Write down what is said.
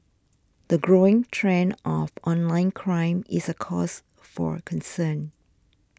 the growing trend of online crime is a cause for concern